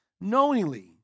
knowingly